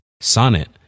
Sonnet